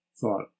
thought